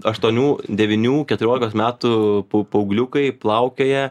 aštuonių devynių keturiolikos metų paaugliukai plaukioja